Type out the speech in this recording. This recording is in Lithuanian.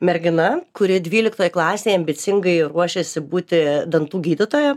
mergina kuri dvyliktoj klasėj ambicingai ruošėsi būti dantų gydytoja